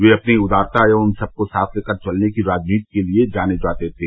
वे अपनी उदारता एवं सबको साथ लेकर चलने की राजनीति के लिए जाने जाते थे